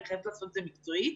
היא חייבת לעשות את זה מקצועית.